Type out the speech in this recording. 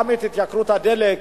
וגם את התייקרות הדלק